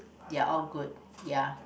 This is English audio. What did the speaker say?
they are all good ya